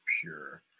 pure